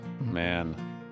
man